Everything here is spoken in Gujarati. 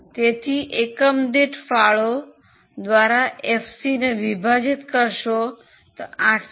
તેથી એકમ દીઠ ફાળો દ્વારા એફસીને વિભાજીત કરશો તો 804